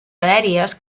aèries